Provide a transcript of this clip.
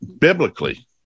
biblically